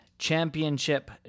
Championship